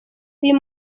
uyu